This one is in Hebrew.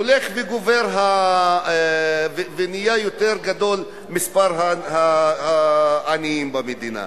הולך וגובר ונהיה גדול יותר מספר העניים במדינה.